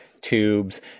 tubes